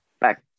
back